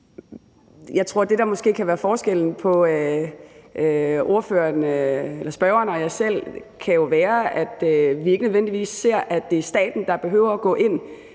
Jeg tror, at det, der måske kunne være forskellen på spørgeren og mig selv, jo kan være, at vi ikke nødvendigvis ser ens på, at det er staten, der behøver at gå ind,